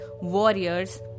warriors